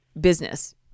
business